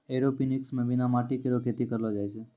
aeroponics म बिना माटी केरो खेती करलो जाय छै